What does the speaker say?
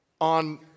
on